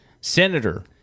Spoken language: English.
Senator